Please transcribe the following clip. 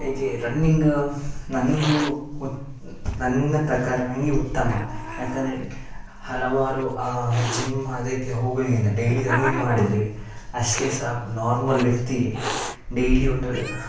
ಹೀಗೆ ರನ್ನಿಂಗ್ ನಂಗು ಉತ ನನ್ನ ಪ್ರಕಾರ ನನಗೆ ಉತ್ತಮ ಯಾಕೆಂದ್ರೆ ಹಲವಾರು ಜಿಮ್ ಅದಕ್ಕೆ ಹೋಗುವುದಕ್ಕಿಂತ ಡೈಲಿ ರನ್ನಿಂಗ್ ಮಾಡಿದರೆ ಅಷ್ಟೇ ಸಾಕು ನಾರ್ಮಲ್ ವ್ಯಕ್ತಿ ಡೈಲಿ ಒಂದು